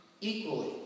equally